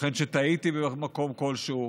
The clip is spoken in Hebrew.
ייתכן שטעיתי במקום כלשהו.